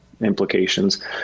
implications